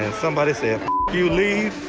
somebody, if you leave,